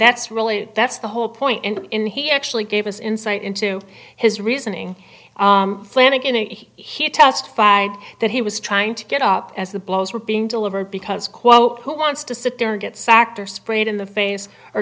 that's really that's the whole point in he actually gave us insight into his reasoning flanagan a he testified that he was trying to get up as the blows were being delivered because quote who wants to sit there and get sacked or sprayed in the face or